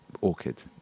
orchid